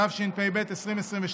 התשפ"ב 2022,